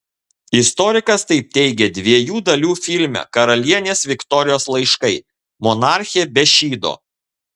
istorikas taip teigė dviejų dalių filme karalienės viktorijos laiškai monarchė be šydo